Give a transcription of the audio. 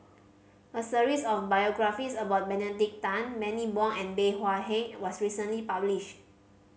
a series of biographies about Benedict Tan Bani Buang and Bey Hua Heng was recently publish